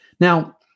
Now